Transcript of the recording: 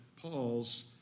Paul's